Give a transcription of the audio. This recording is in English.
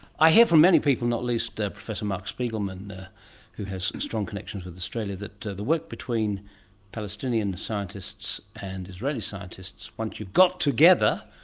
i hear from many people, not least ah professor marc spiegelman who has a strong connection with australia, that the work between palestinian scientists and israeli scientists, once you got together,